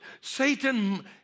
Satan